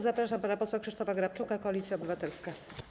Zapraszam pana posła Krzysztofa Grabczuka, Koalicja Obywatelska.